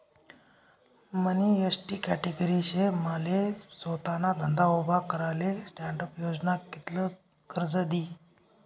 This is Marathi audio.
मनी एसटी कॅटेगरी शे माले सोताना धंदा उभा कराले स्टॅण्डअप योजना कित्ल कर्ज दी?